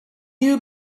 you